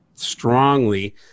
strongly